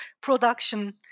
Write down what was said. production